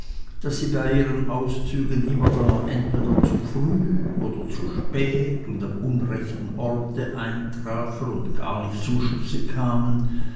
daß sie bei ihren auszügen immerdar entweder zu früh oder zu spät und am unrechten orte eintrafen und gar nicht zum schusse kamen